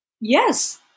yes